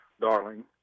darling